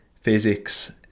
physics